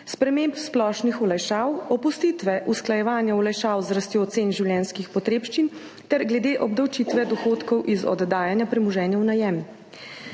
sprememb splošnih olajšav, opustitve usklajevanja olajšav z rastjo cen življenjskih potrebščin ter glede obdavčitve dohodkov iz oddajanja premoženja v najem.